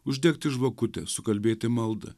uždegti žvakutę sukalbėti maldą